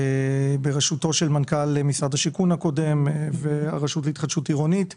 בראשותו של מנכ"ל משרד השיכון הקודם והרשות להתחדשות עירונית וכו'.